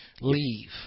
leave